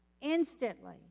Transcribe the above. Instantly